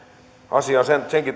asia on senkin